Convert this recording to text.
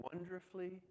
wonderfully